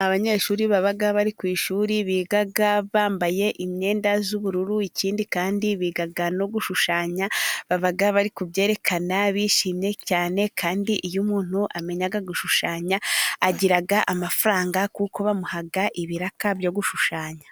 Abanyeshuri baba bari ku ishuri biga bambaye imyenda y'ubururu, ikindi kandi biga no gushushanya. Baba bari kubyerekana bishimye cyane, kandi iyo umuntu amenya gushushanya agira amafaranga, kuko bamuha ibiraka byo gushushanya.